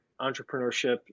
entrepreneurship